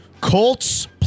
Colts